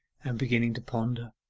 and beginning to ponder.